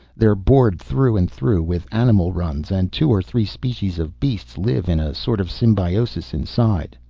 they're bored through and through with animal runs, and two or three species of beasts live in a sort of symbiosis inside.